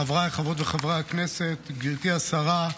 חבריי חברות וחברי הכנסת, גברתי השרה,